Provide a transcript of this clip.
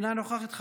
אינה נוכחת,